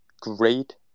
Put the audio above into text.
great